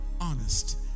honest